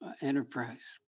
enterprise